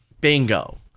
bingo